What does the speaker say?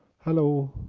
hello.